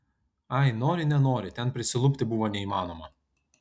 ai nori nenori ten prisilupti buvo neįmanoma